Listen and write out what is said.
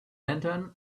lantern